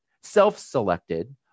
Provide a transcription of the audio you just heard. self-selected